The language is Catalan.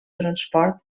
transport